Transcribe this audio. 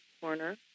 corner